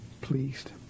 pleased